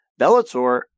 bellator